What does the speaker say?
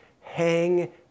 hang